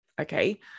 okay